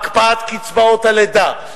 הקפאת קצבאות הלידה,